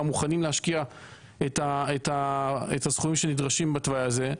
מוכנים להשקיע את הסכומים שנדרשים בתוואי הזה.